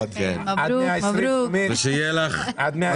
אדוני היושב ראש, על הנושא